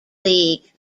league